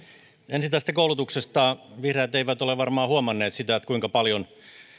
ensin tästä koulutuksesta vihreät eivät ole varmaan huomanneet sitä kuinka paljon